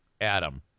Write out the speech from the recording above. Adam